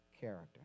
character